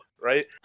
right